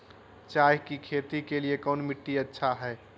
चाय की खेती के लिए कौन मिट्टी अच्छा हाय?